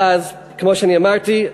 ואז כמו שאני אמרתי,